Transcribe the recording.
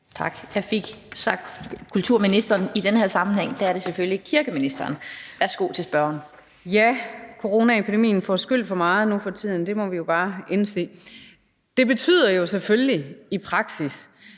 Tak. Jeg fik sagt kulturministeren før, men i den her sammenhæng er det selvfølgelig kirkeministeren. Værsgo til spørgeren. Kl. 16:50 Mette Hjermind Dencker (DF): Coronaepidemien får skyld for meget nu for tiden; det må vi jo bare indse. Det betyder jo selvfølgelig i praksis,